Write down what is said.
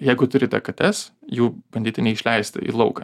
jeigu turite kates jų bandyti neišleisti į lauką